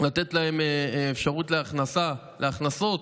לתת להם אפשרות להכנסות,